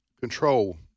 control